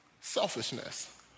selfishness